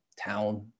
town